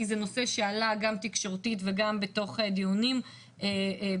כי זה נושא שעלה גם תקשורתית וגם בתוך דיונים בכנסת.